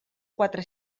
quatre